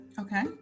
Okay